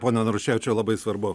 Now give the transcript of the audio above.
ponai naruševičiau labai svarbu